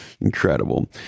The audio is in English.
Incredible